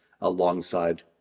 alongside